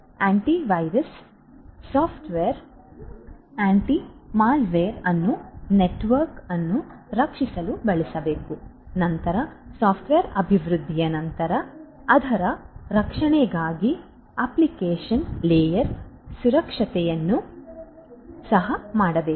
antivirus antimalware software ಅನ್ನು network ಅನ್ನು ರಕ್ಷಿಸಲು ಬಳಸಬೇಕು ನಂತರ ಸಾಫ್ಟ್ವೇರ್ ಅಭಿವೃದ್ಧಿಯ ನಂತರ ಅದರ ರಕ್ಷಣೆಗಾಗಿ ಅಪ್ಲಿಕೇಶನ್ ಲೇಯರ್ ಸುರಕ್ಷತೆಯನ್ನು ಸಹ ಮಾಡಬೇಕು